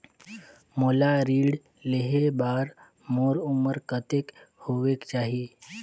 मोला ऋण लेहे बार मोर उमर कतेक होवेक चाही?